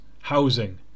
housing